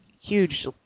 huge